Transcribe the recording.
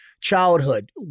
childhood